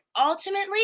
ultimately